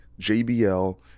JBL